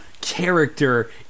character